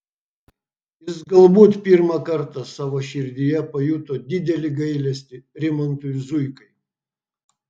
jis galbūt pirmą kartą savo širdyje pajuto didelį gailestį rimantui zuikai